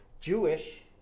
Jewish